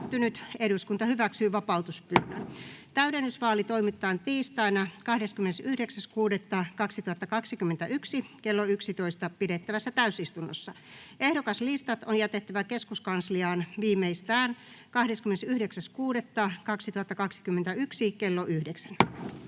tilintarkastajiin. Täydennysvaalit toimitetaan tiistaina 29.6.2021 kello 11 pidettävässä täysistunnossa. Ehdokaslistat on jätettävä keskuskansliaan viimeistään 29.6.2021 kello 9.